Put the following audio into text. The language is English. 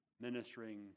ministering